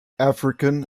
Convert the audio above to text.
african